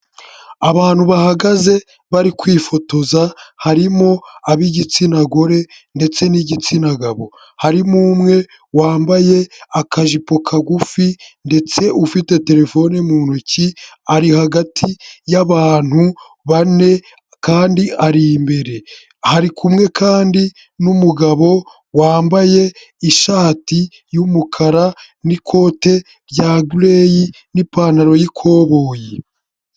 Abantu bahagaze bari kwifotoza, harimo ab'igitsina gore ndetse n'igitsina gabo, harimo umwe wambaye akajipo kagufi ndetse ufite terefoni mu ntoki, ari hagati y'abantu bane kandi ari imbere, ari kumwe kandi n'umugabo wambaye ishati y'umukara n'ikote rya gireyi n'ipantaro y'ikoboyi.